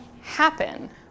happen